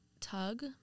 tug